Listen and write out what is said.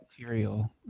material